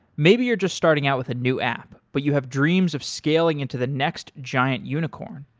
maybe you're just starting out with a new app, but you have dreams of scaling into the next giant unicorn.